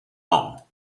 ans